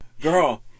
Girl